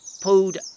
pulled